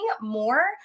more